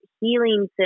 healing